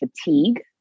fatigue